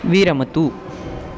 विरमतु